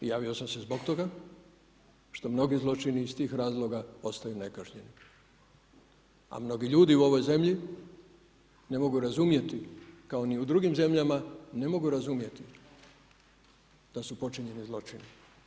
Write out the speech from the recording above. I javio sam se zbog toga što mnogi zločini zbog iz tih razloga ostaju nekažnjeni, a mnogi ljudi u ovoj zemlji, ne mogu razumjeti, kao ni u drugim zemljama, ne mogu razumjeti, da su počinjeni zločini.